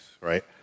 right